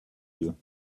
you